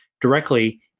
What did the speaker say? directly